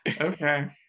okay